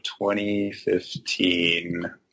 2015